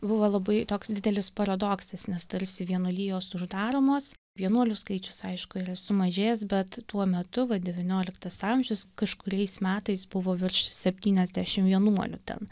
buvo labai toks didelis paradoksas nes tarsi vienuolijos uždaromos vienuolių skaičius aišku yra sumažėjęs bet tuo metu va devynioliktas amžius kažkuriais metais buvo virš septyniasdešim vienuolių ten